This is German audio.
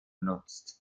benutzt